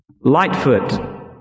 Lightfoot